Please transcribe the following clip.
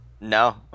No